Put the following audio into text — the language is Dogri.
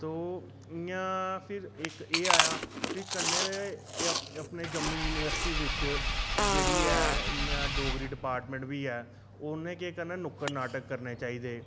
तो इंया फिर इक एह् आया फ्ही कन्नै अपनी जम्मू यूनिवर्सिटी बिच्च जेह्ड़ी ऐ इंया डोगरी डिपार्टमेंट बी ऐ उन्नै केह् करना नुक्कड़ नाटक करने चााहिदे